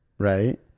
Right